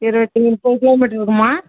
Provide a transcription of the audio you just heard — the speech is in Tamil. இருபத்தி முப்பது கிலோ மீட்டர் இருக்குமா